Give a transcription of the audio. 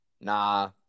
Nah